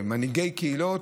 ממנהיגי קהילות.